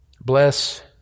Bless